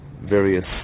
various